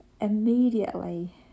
immediately